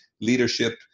leadership